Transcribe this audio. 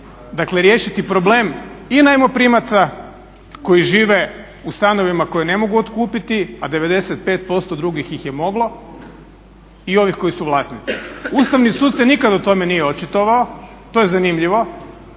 Dakle, riješiti problem i najmoprimaca koji žive u stanovima koje ne mogu otkupiti, a 95% drugih ih je moglo i ovih koji su vlasnici. Ustavni sud se nikad o tome nije očitovao, to je zanimljivo.